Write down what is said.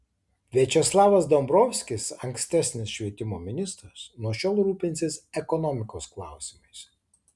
viačeslavas dombrovskis ankstesnis švietimo ministras nuo šiol rūpinsis ekonomikos klausimais